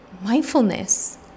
mindfulness